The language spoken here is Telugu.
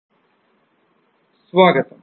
మీకు స్వాగతం